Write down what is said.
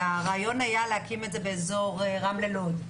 והרעיון היה להקים את זה באזור רמלה-לוד.